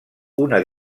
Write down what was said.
una